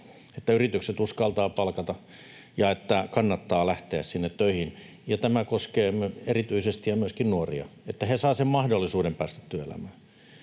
että yritykset uskaltavat palkata ja että kannattaa lähteä sinne töihin. Tämä koskee myöskin ja erityisesti nuoria, että he saavat mahdollisuuden päästä työelämään.